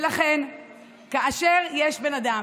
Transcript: ולכן כאשר יש בן אדם